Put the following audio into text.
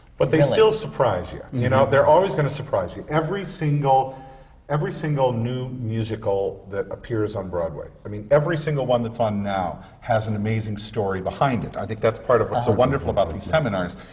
but they still surprise you. you know, they're always gonna surprise you. every single every single new musical that appears on broadway i mean, every single one that's on now has an amazing story behind it. i think that's part of what's so wonderful about these seminars,